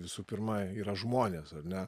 visų pirma yra žmonės ar ne